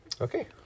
Okay